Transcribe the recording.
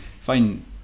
fine